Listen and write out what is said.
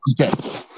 Okay